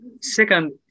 second